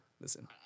listen